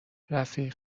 رفیق